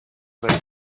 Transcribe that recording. let